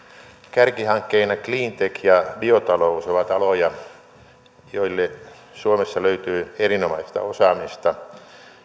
kärkihankkeina cleantech ja biotalous ovat aloja joilla suomessa löytyy erinomaista osaamista